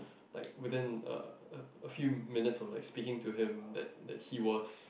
like within a a a few minutes of speaking to him that that he was